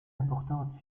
importante